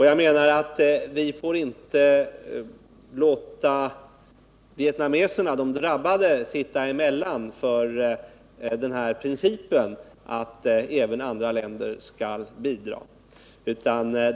Jag menar att vi då inte får låta vietnameserna, de drabbade, sitta emellan för principen att även andra länder skall bidra.